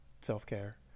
self-care